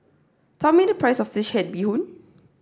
tell me the price of Fish Head Bee Hoon